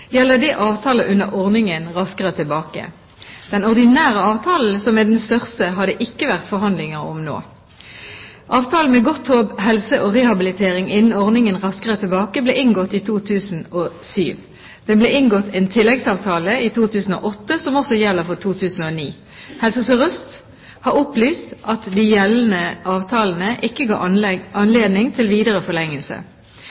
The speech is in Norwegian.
gjelder det avtale under ordningen Raskere tilbake. Den ordinære avtalen, som er den største, har det ikke vært forhandlinger om nå. Avtalen med Godthaab Helse og Rehabilitering innen ordningen Raskere tilbake ble inngått i 2007. Det ble inngått en tilleggsavtale i 2008, som også gjelder for 2009. Helse Sør-Øst har opplyst at de gjeldende avtalene ikke ga